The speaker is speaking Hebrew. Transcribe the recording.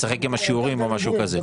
לשחק עם השיעורים או משהו כזה.